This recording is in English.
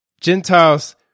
Gentiles